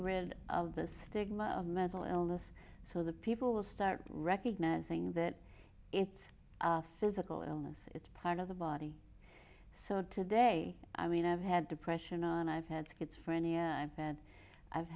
rid of the stigma of mental illness so the people will start recognizing that it's physical illness it's part of the body so today i mean i've had depression and i've had schizophrenia bad i've had five